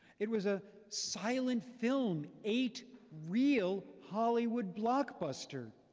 it was a silent film, eight reel, hollywood blockbuster.